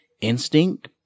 instinct